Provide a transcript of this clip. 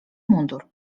mundur